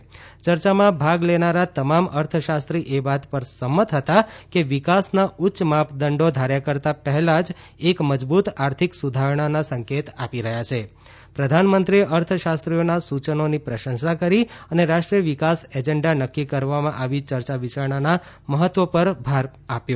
યર્ચામાં ભાગ લેનારા તમામ અર્થશાસ્ત્રી એ વાત પર સંમત હતા કે વિકાસના ઉચ્ય માપદંડી ધાર્યા કરતા પહેલા જ એક મજબુત આર્થિક સુધારણાના સંકેત આપી રહ્યાં છ પ્રધાનમંત્રીએ અર્થશાસ્ત્રીઓના સુચનોની પ્રશંસા કરી અને રાષ્ટ્રીય વિકાસ એજંડા નકકી કરવામાં આવી ચર્ચા વિચારણાના મહત્વ પર ભાર આપ્યો